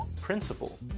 principle